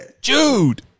Jude